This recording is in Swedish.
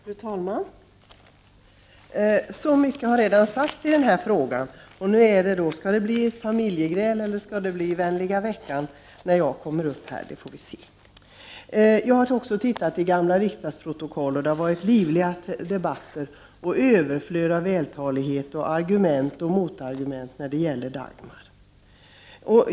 Fru talman! Så mycket har redan sagts, och nu undrar jag bara om det skall bli ett familjegräl eller vänliga veckan när jag kommer upp i talarstolen — det får vi se. Jag har tittat i gamla riksdagsprotokoll. Det har varit livliga debatter och ett överflöd av vältalighet, argument och motargument när det gäller Dagmar.